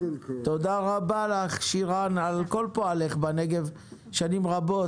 תודה רבה לך, שירן, על כל פועלך בנגב שנים רבות.